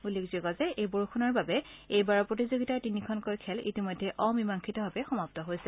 উল্লেখযোগ্য যে বৰষুণৰ বাবে এইবাৰৰ প্ৰতিযোগিতাৰ তিনিখনকৈ খেল ইতিমধ্যে অমিমাংসীতভাৱে সমাপ্ত হৈছে